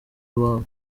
wabo